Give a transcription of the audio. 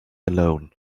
alone